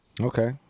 Okay